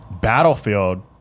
Battlefield